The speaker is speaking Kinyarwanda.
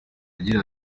agira